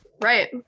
Right